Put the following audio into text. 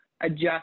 adjust